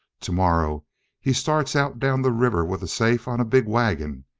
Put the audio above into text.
tomorrow he starts out down the river with the safe on a big wagon,